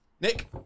Nick